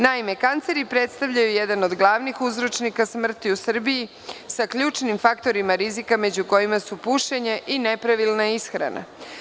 Naime, kanceri predstavljaju jedan od glavnih uzročnika smrti u Srbiji sa ključnim faktorima rizika među kojima su pušenje i nepravilna ishrana.